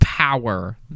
Power